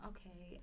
Okay